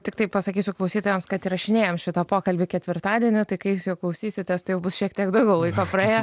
tiktai pasakysiu klausytojams kad įrašinėjam šitą pokalbį ketvirtadienį tai kai jūs jo klausysitės tai jau bus šiek tiek daugiau laiko praėję